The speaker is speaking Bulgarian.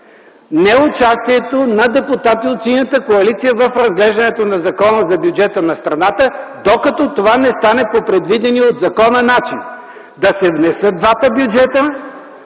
неучастието на депутати от Синята коалиция в разглеждането на Закона за бюджета на страната, докато това не стане по предвидения от закона начин – да се внесат двата бюджета,